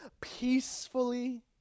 peacefully